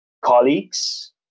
colleagues